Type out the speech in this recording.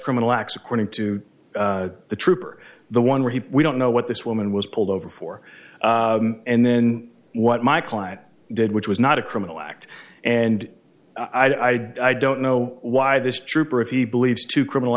criminal acts according to the trooper the one where he we don't know what this woman was pulled over for and then what my client did which was not a criminal act and i don't know why this trooper if he believes two criminal